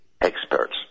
experts